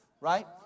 right